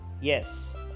yes